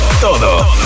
todo